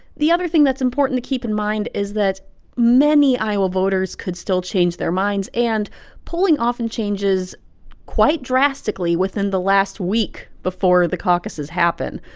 the other thing that's important to keep in mind is that many iowa voters could still change their minds, and polling often changes quite drastically within the last week before the caucuses happen.